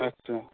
আচ্ছা